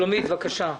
שלומית, בבקשה.